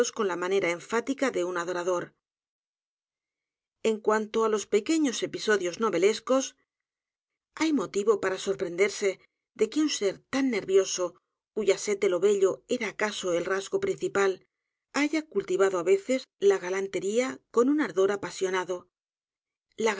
con la manera enfática de un adorador en cuanto á los pequeños episodios